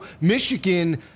Michigan